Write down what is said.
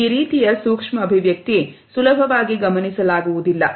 ಈ ರೀತಿಯ ಸೂಕ್ಷ್ಮ ಅಭಿವ್ಯಕ್ತಿ ಸುಲಭವಾಗಿ ಗಮನಿಸಲಾಗುವುದು ಇಲ್ಲ